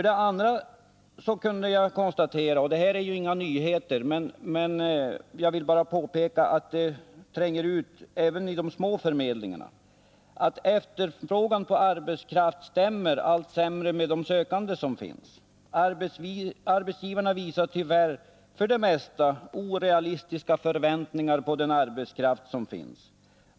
Dessutom kunde jag konstatera — och det här är inga nyheter, men jag vill påpeka att det tränger ut även i de små förmedlingarna — att efterfrågan på arbetskraft stämmer allt sämre med de sökande som finns. Arbetsgivarna visar tyvärr för det mesta orealistiska förväntningar på den arbetskraft som finns.